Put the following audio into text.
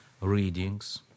readings